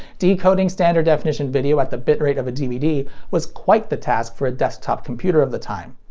decoding standard definition video at the bitrate of a dvd was quite the task for a desktop computer of the time.